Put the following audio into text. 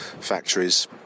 factories